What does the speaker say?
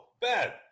bad